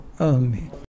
Amen